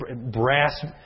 brass